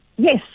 Yes